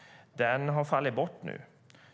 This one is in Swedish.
Den har fallit bort nu.